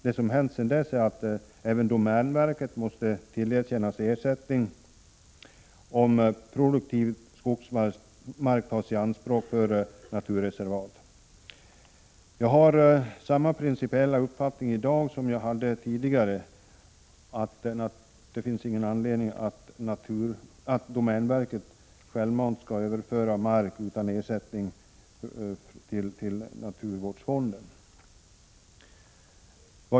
Det som hänt sedan dess är att även domänverket måste tillerkännas ersättning, om produktiv skogsmark tas i anspråk för naturreservat. Jag har samma principiella uppfattning i dag som tidigare, nämligen att det inte finns någon anledning för domänverket att självmant överföra mark utan ersättning till naturvårdsfonden.